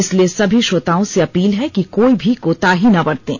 इसलिए सभी श्रोताओं से अपील है कि कोई भी कोताही ना बरतें